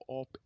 up